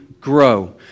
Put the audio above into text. grow